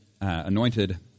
anointed